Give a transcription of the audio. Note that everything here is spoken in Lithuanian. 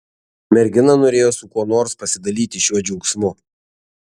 mergina norėjo su kuo nors pasidalyti šiuo džiaugsmu